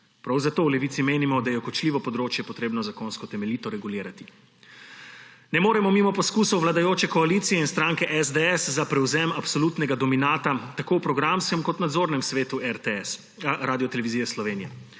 Prav zato v Levici menimo, da je kočljivo področje treba zakonsko temeljito regulirati. Ne moremo mimo poskusov vladajoče koalicije in stranke SDS za prevzem absolutnega dominata tako v programskem kot nadzornem svetu Radiotelevizije Slovenija.